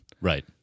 Right